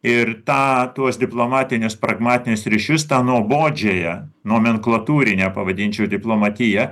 ir tą tuos diplomatinius pragmatinius ryšius tą nuobodžiąją nomenklatūrinę pavadinčiau diplomatiją